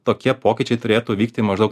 tokie pokyčiai turėtų vykti maždaug